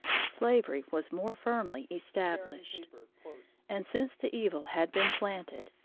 slavery was more firmly established and since the evil had been planted,